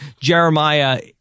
Jeremiah